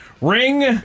Ring